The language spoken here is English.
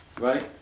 right